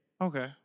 Okay